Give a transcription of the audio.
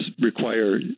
require